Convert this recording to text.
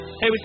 Hey